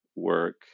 work